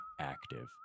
active